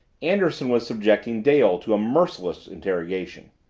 anderson was subjecting dale to a merciless interrogation.